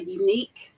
unique